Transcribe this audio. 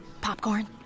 Popcorn